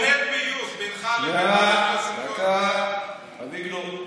קבינט בריאות, בינך לבין, שנייה, דקה, אביגדור.